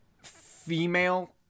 female